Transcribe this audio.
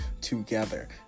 together